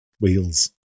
wheels